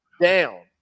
down